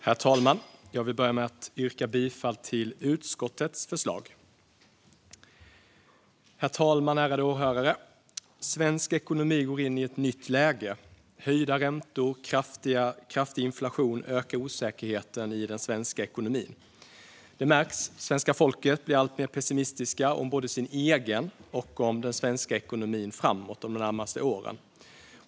Herr talman! Jag vill börja med att yrka bifall till utskottets förslag. Herr talman och ärade åhörare! Svensk ekonomi går in i ett nytt läge. Höjda räntor och kraftig inflation ökar osäkerheten i den svenska ekonomin. Det märks. Svenska folket blir alltmer pessimistiskt om både sin egen ekonomi och den svenska ekonomin framåt de närmaste åren.